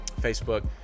Facebook